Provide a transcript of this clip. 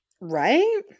right